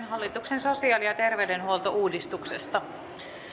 hallituksen sosiaali ja terveydenhuoltouudistuksesta